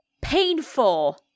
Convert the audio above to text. painful